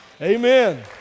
Amen